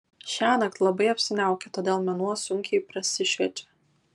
šiąnakt labai apsiniaukę todėl mėnuo sunkiai prasišviečia